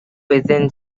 within